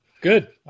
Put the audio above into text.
Good